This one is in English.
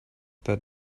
that